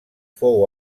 fou